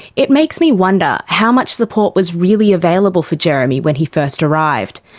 it makes me wonder how much support was really available for jeremy when he first arrived.